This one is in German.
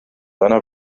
einer